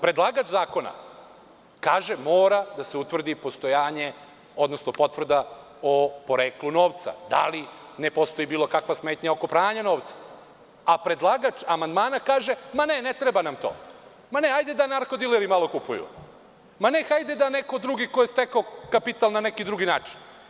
Predlagač zakona kaže – mora da se utvrdi postojanje, odnosno potvrda o poreklu novca, da li ne postoji bilo kakva smetnja oko pranja novca, a predlagač amandmana kaže – ne, ne treba nam to, hajde da narkodileri malo kupuju, hajde da neko drugi ko je stekao kapital na neki drugi način.